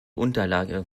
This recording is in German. unterlage